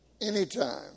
anytime